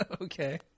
okay